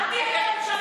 אל תהיה בממשלה הזאת,